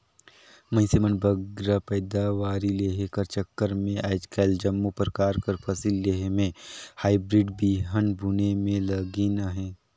मइनसे मन बगरा पएदावारी लेहे कर चक्कर में आएज काएल जम्मो परकार कर फसिल लेहे में हाईब्रिड बीहन बुने में लगिन अहें